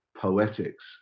poetics